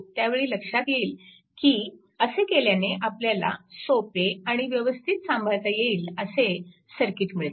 त्यावेळी लक्षात येईल की असे केल्याने आपल्याला सोपे आणि व्यवस्थित सांभाळता येईल असे सर्किट मिळते